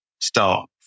start